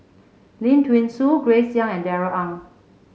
Lim Thean Soo Grace Young and Darrell Ang